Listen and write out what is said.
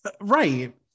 right